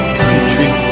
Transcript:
country